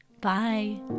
Bye